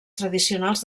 tradicionals